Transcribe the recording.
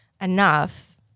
enough